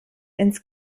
ins